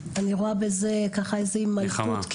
אני רואה בזה מן הימלטות,